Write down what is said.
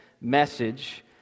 message